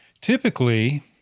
typically